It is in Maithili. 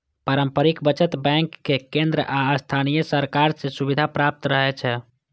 पारस्परिक बचत बैंक कें केंद्र आ स्थानीय सरकार सं सुविधा प्राप्त रहै छै